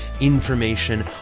information